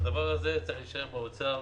הדבר הזה צריך להישאר באוצר,